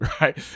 right